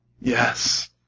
Yes